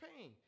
pain